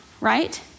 right